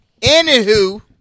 Anywho